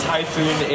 Typhoon